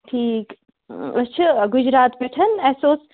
ٹھیٖک أسۍ چھِ گُجرات پیٚٹھٕ اسہِ اوس